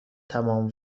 تمام